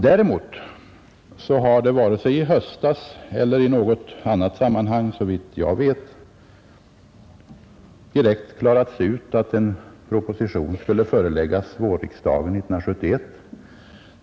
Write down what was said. Däremot har det inte vare sig i höstas eller i något annat sammanhang, såvitt jag vet, direkt sagts ut att en proposition skulle föreläggas vårriksdagen 1971.